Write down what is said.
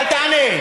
אל תענה.